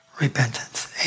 repentance